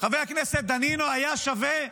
חבר הכנסת דנינו, היה שווה?